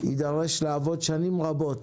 יידרש לעבוד שנים רבות